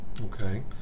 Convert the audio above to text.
okay